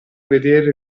vedere